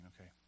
Okay